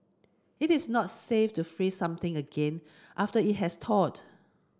it is not safe to freeze something again after it has thawed